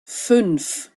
fünf